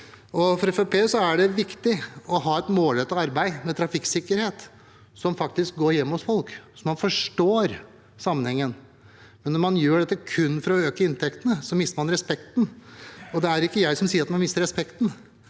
er det viktig å ha et målrettet arbeid med trafikksikkerhet som faktisk går gjennom hos folk, sånn at en forstår sammenhengen. Når man gjør dette kun for å øke inntektene, mister man respekten. Det er ikke jeg som sier at man mister respekten,